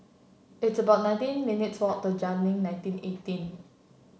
it's about nineteen minutes' walk to Jayleen nineteen eighteen